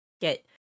get